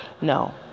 No